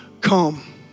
come